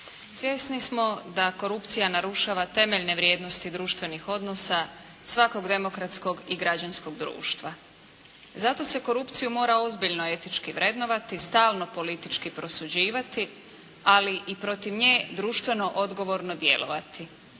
Svjesni smo da korupcija narušava temeljne vrijednosti društvenih odnosa svakog demokratskog i građanskog društva. Zato se korupciju mora ozbiljno etički vrednovati, stalno politički prosuđivati, ali i protiv nje društveno odgovorno djelovati.